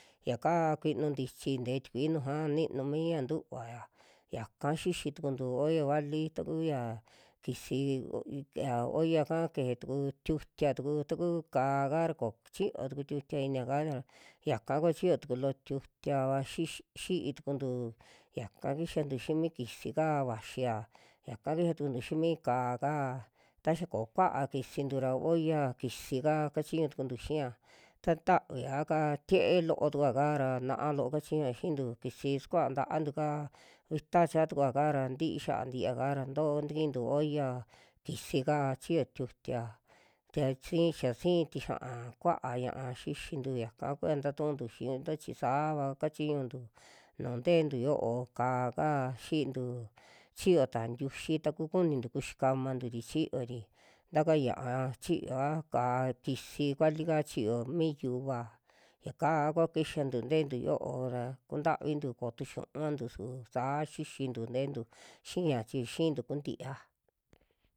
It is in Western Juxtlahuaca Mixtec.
Yaka kuinu ntichi nteje tikui nujua ninu mia ntuvaya yaka xixi tukuntu olla vali takuya kisi u ya olla ka keje tuku tiutia tuku ka'á kaa ra ko chiyo tuku tiutia'ka ra yaka kua chiyo tuku loo tiutiava xi- xii tukuntu, yaka kixantu xi'i mi kisi kaa vaxia, yaka kixia tukuntu xii mi ka'á ka ta xa koo kuaa kisintu ra olla kisi'ka kachiñu tukuntu xiia, ta tavia'ka tie'e loo tukua ka ra na'a loo kachiñua xintu, kisi skua nta'antu ka vita chaa tukua'ka ra ntii xiaa ntiia kaa ra nto tikintu olla, kisi kaa chiyo tiutia tia sin, xa sii tixiaa kua'a ña'a xixintu yaka kua ntatu'untu xiinto chi sa'ava kachiñuntu nuju nte'entu yo'o, ka'á ka xiitu chiyota ntiuyi taku kunintu kuxi kamantu'ri chiyori, ntaka ña'a chioa ka'á kisi kualika chiyo mi yuva, yakaa kua kixantu te'entu yo'o ra kuntavintu ko'otu xiunvantu su saa xixintu te'entu xia chi si'intu kuu ntia.